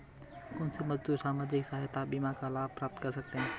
कौनसे मजदूर सामाजिक सहायता बीमा का लाभ प्राप्त कर सकते हैं?